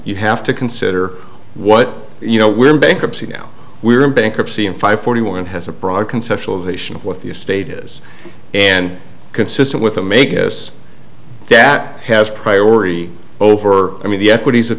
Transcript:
you have to consider what you know we're in bankruptcy now we're in bankruptcy and five forty one has a broad conceptualization of what the state is and consistent with a make this that has priority over i mean the equities of